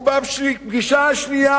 בפגישה השנייה,